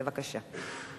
בבקשה.